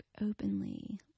openly